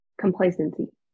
Complacency